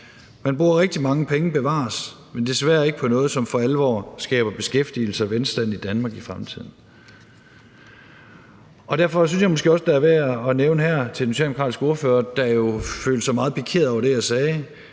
Man bruger rigtig mange penge, bevares, men desværre ikke på noget, som for alvor skaber beskæftigelse og velstand i Danmark i fremtiden. Derfor synes jeg måske også, at det her er værd at nævne over for den socialdemokratiske ordfører, der jo følte sig meget pikeret over det, jeg sagde,